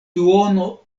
duono